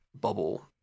bubble